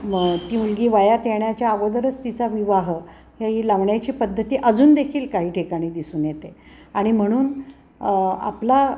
मग ती मुलगी वायात येण्याच्या अगोदरच तिचा विवाह ह्याही लावण्याची पद्धती अजून देखील काही ठिकाणी दिसून येते आणि म्हणून आपला